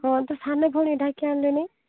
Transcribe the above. ହଁ ତୋ ସାନ ଭଉଣୀକି ଡାକି ଆଣିଲୁନି